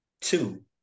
two